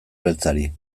beltzari